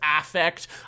affect